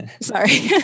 sorry